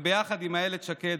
וביחד עם אילת שקד,